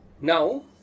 Now